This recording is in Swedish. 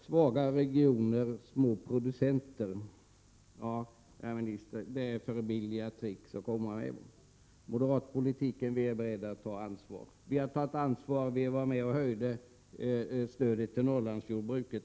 Svaga regioner, små producenter — ja, herr minister, det är för billiga tricks att komma med. I moderat politik är vi beredda att ta ansvar. Vi tog ansvar då vi var med och höjde stödet till Norrlandsjordbruket.